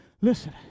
listen